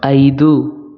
ಐದು